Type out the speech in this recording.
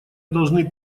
должны